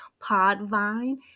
Podvine